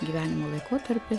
gyvenimo laikotarpį